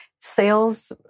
sales